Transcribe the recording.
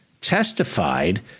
testified